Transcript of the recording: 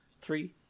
three